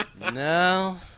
No